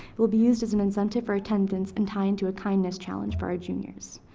will be used as an incentive for attendance and tie in to a kindness challenge for our juniors.